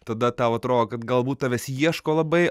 tada tau atrodo kad galbūt tavęs ieško labai